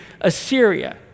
Assyria